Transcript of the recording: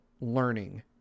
learning